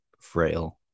frail